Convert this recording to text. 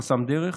חסם דרך,